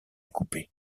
coupée